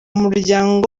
muryango